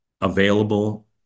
available